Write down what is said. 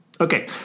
Okay